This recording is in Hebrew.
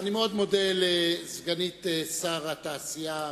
אני מאוד מודה לסגנית שר התעשייה,